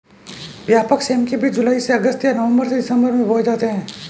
व्यापक सेम के बीज जुलाई से अगस्त या नवंबर से दिसंबर में बोए जाते हैं